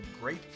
great